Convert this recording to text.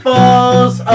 Falls